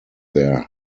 their